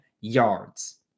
yards